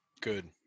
Good